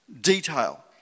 detail